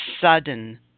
sudden